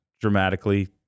dramatically